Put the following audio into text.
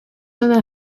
una